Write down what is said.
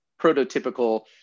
prototypical